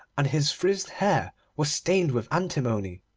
and his frizzed hair was stained with antimony.